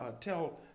tell